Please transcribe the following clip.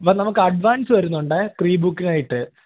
അപ്പം നമുക്ക് അഡ്വാൻസ് വരുന്നുണ്ട് പ്രീ ബുക്കിങ്ങായിട്ട്